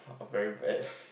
I'm very bad